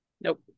Nope